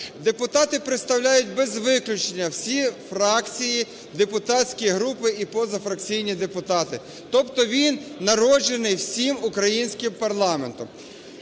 Депутати представляють без виключення всі фракції, депутатські групи і позафракційні депутати, тобто він народжений всім українським парламентом.